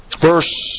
verse